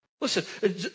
Listen